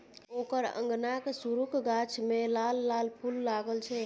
ओकर अंगनाक सुरू क गाछ मे लाल लाल फूल लागल छै